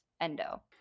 endo